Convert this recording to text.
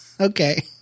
Okay